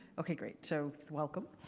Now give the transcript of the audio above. ok, great. so, welcome.